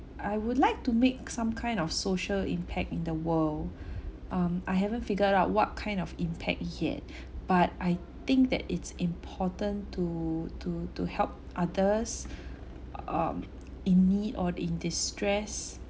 I would like to make some kind of social impact in the world um I haven't figured out what kind of impact yet but I think that it's important to to to help others um in need or in distress